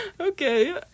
Okay